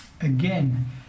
again